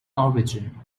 origin